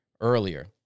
earlier